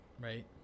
Right